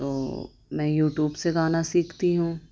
تو میں یوٹیوب سے گانا سیکھتی ہوں